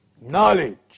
Knowledge